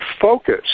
focus